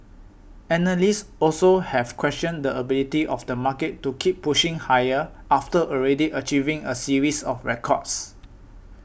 analysts also have questioned the ability of the market to keep pushing higher after already achieving a series of records